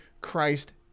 Christ